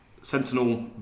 Sentinel